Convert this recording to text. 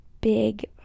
big